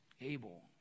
Abel